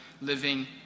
living